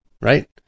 right